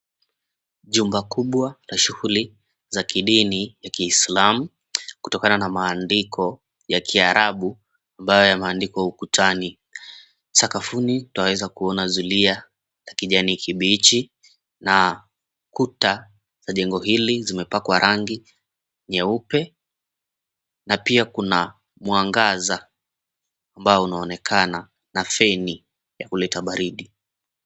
Jumba kubwa la shughuli za kidini ya Kiislamu kutokana na maandiko ya Kiarabu ambayo yameandikwa ukutani. Sakafuni twaweza kuona zulia ya kijani kibichi, na kuta za jengo hili zimepakwa rangi nyeupe na pia kuna mwangaza ambao unaonekana na feni ya kuleta baridi.